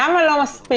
למה לא מספיק